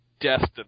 destined